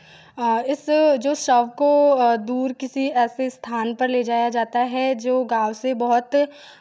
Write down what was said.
इस जो शव को दूर किसी ऐसे स्थान पर ले जाया जाता है जो गाँव से बहुत